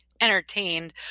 entertained